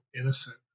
innocent